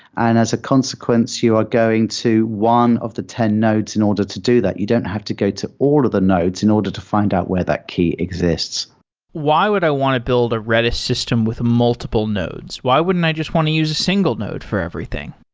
and as a consequence, you are going to one of the ten nodes in order to do that. you don't have to go to all of the nodes in order to find out where that key exists why would i want to build a redis system with multiple nodes? why wouldn't i just want to use a single node for everything?